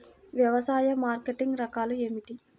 వ్యవసాయ మార్కెటింగ్ రకాలు ఏమిటి?